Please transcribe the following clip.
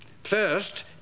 first